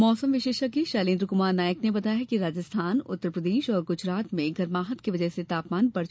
मौसम विशेषज्ञ शैलेंद्र कुमार नायक ने बताया कि राजस्थान उत्तर प्रदेश एवं गुजरात में गर्माहट की वजह से तापमान बढ़ चुका है